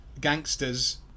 gangsters